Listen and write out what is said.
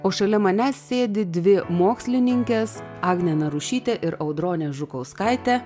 o šalia manęs sėdi dvi mokslininkės agnė narušytė ir audronė žukauskaitė